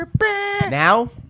Now